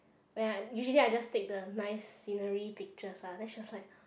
when I usually I just take the nice scenery pictures lah then she was like